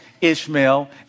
Ishmael